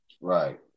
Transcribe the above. Right